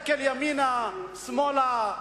הסתכל ימינה, שמאלה,